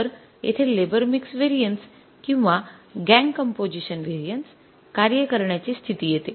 तर येथे labour mix variances किंवा गॅंग कंपोझिशन व्हेरिएन्सेस कार्य करण्याची स्थिती येते